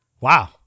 Wow